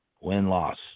win-loss